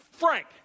Frank